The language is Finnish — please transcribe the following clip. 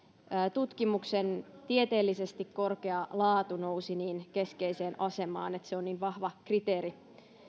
tutkimuksen tieteellisesti korkea laatu nousi niin keskeiseen asemaan että se on niin vahva kriteeri